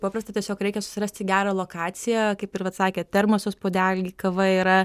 paprasta tiesiog reikia susirasti gerą lokaciją kaip ir vat sakė termosas puodeliai kava yra